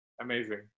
Amazing